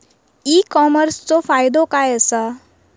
E कॉमर्सचो फायदो काय असा?